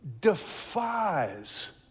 defies